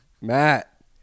Matt